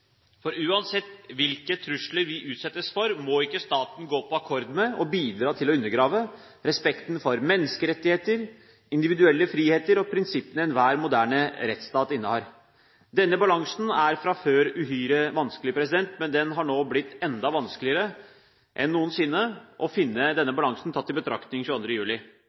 for uansett hvilke trusler vi utsettes for, må ikke staten gå på akkord med – og bidra til å undergrave – respekten for menneskerettigheter, individuelle friheter og prinsippene enhver moderne rettsstat innehar. Denne balansen er fra før uhyre vanskelig, men det har nå blitt enda vanskeligere enn noen sinne å finne denne balansen, tatt i betraktning 22. juli.